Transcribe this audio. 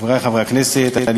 חברי כנסת בעד הצעת החוק,